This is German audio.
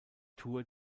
tour